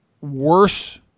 worse